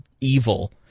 evil